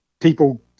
people